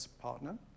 partner